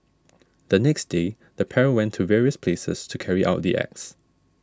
the next day the pair went to various places to carry out the acts